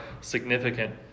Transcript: significant